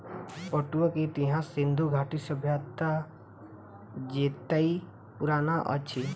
पटुआ के इतिहास सिंधु घाटी सभ्यता जेतै पुरान अछि